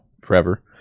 forever